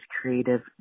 creative